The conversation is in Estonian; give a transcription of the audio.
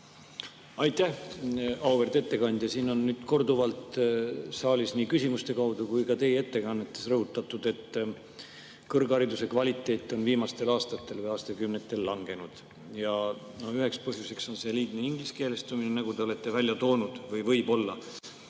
Aitäh! Auväärt ettekandja! Siin saalis on korduvalt nii küsimuste kaudu kui ka teie ettekandes rõhutatud, et kõrghariduse kvaliteet on viimastel aastatel või aastakümnetel langenud, ja üheks põhjuseks on võib-olla liigne ingliskeelestumine, nagu te olete välja toonud. Aga kas